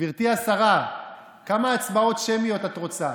גברתי השרה, כמה הצבעות שמיות את רוצה?